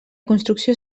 construcció